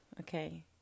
okay